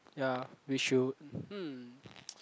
ya we should mm